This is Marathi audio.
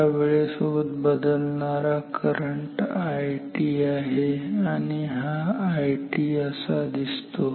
हा वेळेसोबत बदलणारा करंट It आहे आणि हा It असा दिसतो